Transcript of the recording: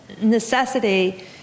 necessity